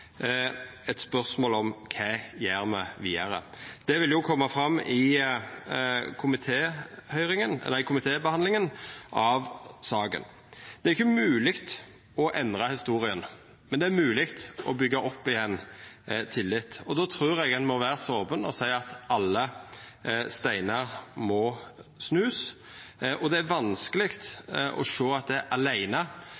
eit spørsmål om kva me gjer vidare. Det vil koma fram i komitébehandlinga av saka. Det er ikkje mogleg å endra historia, men det er mogleg å byggja opp igjen tillit, og då trur eg ein må vera så open og seia at ein må snu alle steinar. Det er vanskeleg